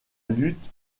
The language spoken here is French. lutte